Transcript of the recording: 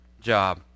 job